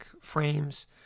frames